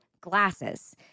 glasses